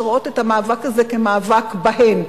שרואות את המאבק הזה כמאבק בהן.